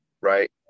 Right